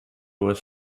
was